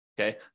okay